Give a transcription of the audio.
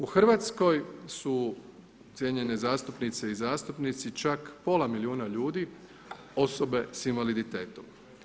U Hrvatskoj su, cijenjene zastupnice i zastupnici, čak pola milijuna ljudi osobe sa invaliditetom.